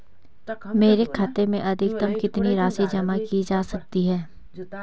मेरे खाते में अधिकतम कितनी राशि जमा की जा सकती है?